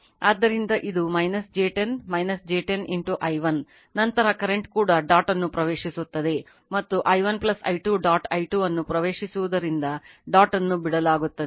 ಆದ್ದರಿಂದ ಇದು j 10 j 10 i 1 ನಂತರ ಕರೆಂಟ್ ಕೂಡ ಡಾಟ್ ಅನ್ನು ಪ್ರವೇಶಿಸುತ್ತದೆ ಮತ್ತು i1 i2 ಡಾಟ್i2 ಅನ್ನು ಪ್ರವೇಶಿಸುವುದರಿಂದ ಡಾಟ್ ಅನ್ನು ಬಿಡಲಾಗುತ್ತದೆ